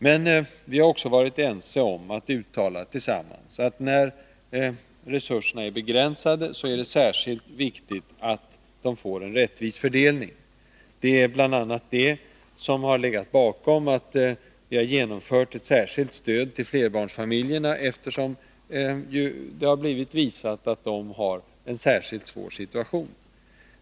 Men vi har också varit ense om att uttala att när resurserna är begränsade är det särskilt viktigt att de får en rättvis fördelning. Det är bl.a. det som har legat bakom att vi har genomfört ett särskilt stöd till flerbarnsfamiljerna— det har visats att de har en särskilt svår situation.